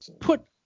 put